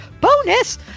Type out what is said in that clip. bonus